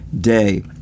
day